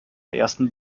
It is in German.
ersten